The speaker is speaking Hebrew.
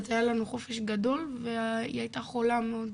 אז היה לנו חופש גדול והיא הייתה חולה מאוד,